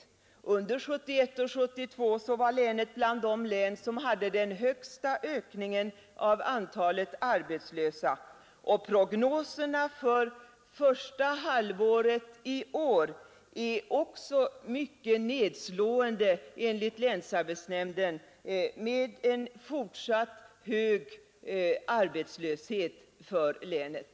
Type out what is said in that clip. Under 1971 och 1972 var detta län bland dem som hade den högsta ökningen av antalet arbetslösa, och prognoserna för första halvåret i år är också mycket nedslående, med en fortsatt hög arbetslöshet för länet.